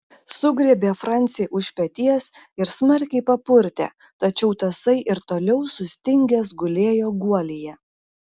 sugriebė francį už peties ir smarkiai papurtė tačiau tasai ir toliau sustingęs gulėjo guolyje